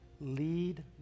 Lead